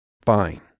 Fine